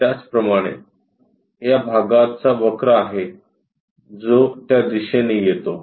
त्याचप्रमाणे या भागाचा वक्र आहे जो त्या दिशेने येतो